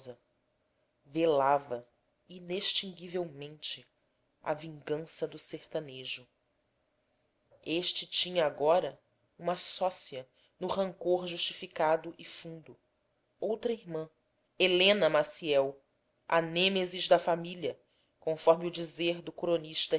noiva desditosa velava inextinguivelmente a vingança do sertanejo este tinha agora uma sócia no rancor justificado e fundo outra irmã helena maciel a nêmesis da família conforme o dizer do cronista